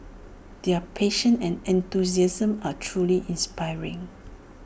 their passion and enthusiasm are truly inspiring